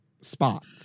spots